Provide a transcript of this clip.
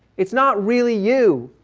it's not really you.